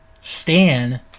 Stan